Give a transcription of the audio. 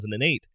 2008